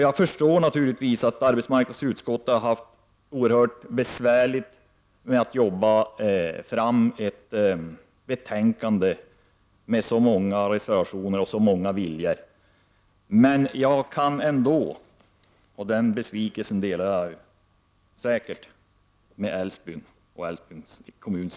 Jag förstår naturligtvis att det har varit oerhört besvärligt för arbetsmarknadsutskottet att arbeta fram ett betänkande med så många reservationer och så många viljor, men jag är besviken och den besvikelsen delar jag säkert med invånarna i Älvsbyns kommun.